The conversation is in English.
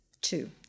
two